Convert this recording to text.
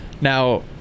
Now